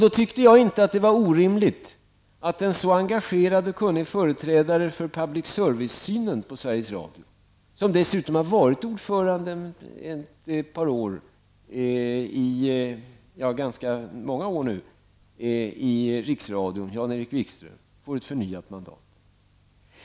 Jag tyckte inte att det var orimligt att en så engagerad och kunnig företrädare för public service-synen på Sveriges Radio som Jan Erik Wikström, som dessutom har varit ordförande i riksradion ganska många år, får ett förnyat mandat.